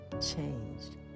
changed